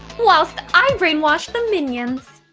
whilst i brainwashed the minions!